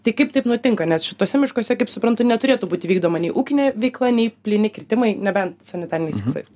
tai kaip taip nutinka nes šituose miškuose kaip suprantu neturėtų būti vykdoma nei ūkinė veikla nei plyni kirtimai nebent sanitariniais tikslais